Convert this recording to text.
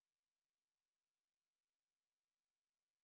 take a a cheerful Batman